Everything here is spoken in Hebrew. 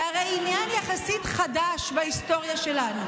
הרי עניין יחסית חדש בהיסטוריה שלנו,